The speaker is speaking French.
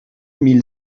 mille